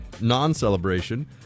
non-celebration